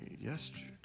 Yesterday